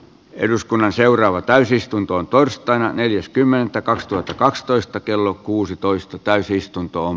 eduskunnan seuraava täysistuntoon torstaina neljäs kymmenettä kaksituhattakaksitoista kello kuusitoista täysistuntoon